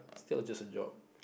that was just a job